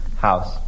House